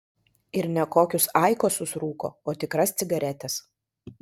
ir ne kokius aikosus rūko o tikras cigaretes